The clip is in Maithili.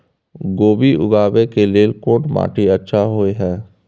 कोबी उगाबै के लेल कोन माटी अच्छा होय है?